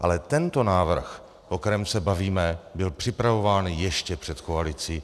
Ale tento návrh, o kterém se bavíme, byl připravován ještě před koalicí.